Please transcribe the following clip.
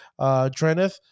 Drenith